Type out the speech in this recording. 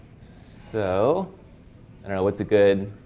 so and now it's a good